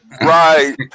right